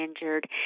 injured